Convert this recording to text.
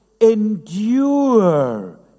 endure